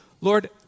Lord